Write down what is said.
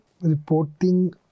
reporting